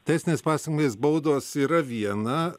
teisinės pasekmės baudos yra viena